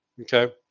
Okay